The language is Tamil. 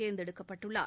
தேர்ந்தெடுக்கப்பட்டுள்ளார்